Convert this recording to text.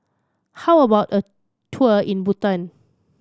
how about a tour in Bhutan